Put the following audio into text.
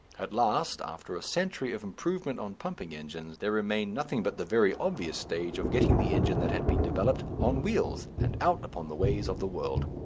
at last, after a century of improvement on pumping engines, there remained nothing but the very obvious stage of getting the engine that had been developed on wheels and out upon the ways of the world.